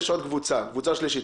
יש עוד קבוצה, קבוצה שלישית.